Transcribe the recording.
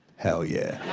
hell yeah.